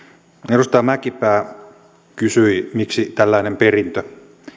edustaja mäkipää kysyi miksi tällainen perintö